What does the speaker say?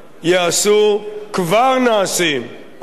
כבר נעשים, התכנון כבר נעשה,